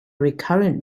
recurrent